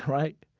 right?